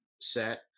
set